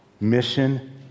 Mission